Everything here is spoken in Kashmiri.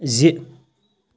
زِ